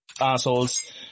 assholes